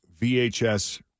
VHS